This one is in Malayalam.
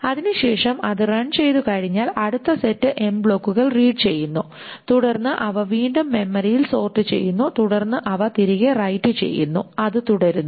അതിനുശേഷം അത് റൺ ചെയ്തുകഴിഞ്ഞാൽ അടുത്ത സെറ്റ് ബ്ലോക്കുകൾ റീഡ് ചെയ്യുന്നു തുടർന്ന് അവ വീണ്ടും മെമ്മറിയിൽ സോർട് ചെയ്യുന്നു തുടർന്ന് അവ തിരികെ റൈറ്റ് ചെയ്യുന്നു അത് തുടരുന്നു